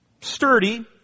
sturdy